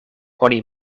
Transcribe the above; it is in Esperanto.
oni